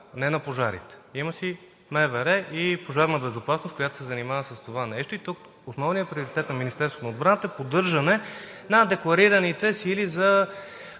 не на пожарите. Има си МВР и „Пожарна безопасност“, която се занимава с това нещо. Тук основният приоритет на Министерството на отбраната е поддържане на декларираните сили в